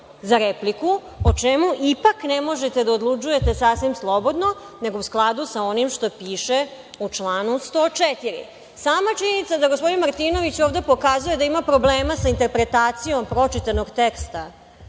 za repliku o čemu ipak ne možete da odlučujete sasvim slobodno, nego u skladu sa onim što piše u članu 104.Sama činjenica da gospodin Martinović ovde pokazuje da ima problema sa interpretacijom pročitanog teksta,